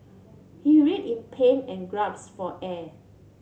he writhed in pain and for air